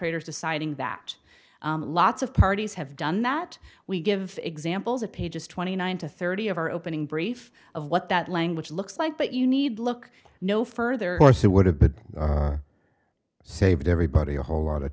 traders deciding that lots of parties have done that we give examples of pages twenty nine to thirty of our opening brief of what that language looks like but you need look no further course it would have been saved everybody a whole lot of